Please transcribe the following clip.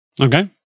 okay